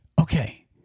Okay